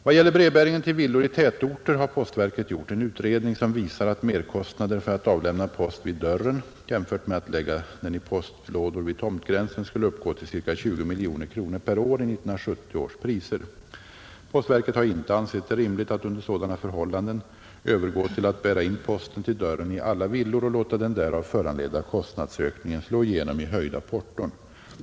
Vad gäller brevbäringen till villor i tätorter har postverket gjort en utredning som visar att merkostnader för att avlämna post vid dörren, jämfört med att lägga den i postlådor vid tomtgränsen, skulle uppgå till ca 20 miljoner kronor per år i 1970 års priser. Postverket har inte ansett det rimligt att under sådana förhållanden övergå till att bära in posten till dörren i alla villor och låta den därav föranledda kostnadsökningen slå igenom i höjda porton.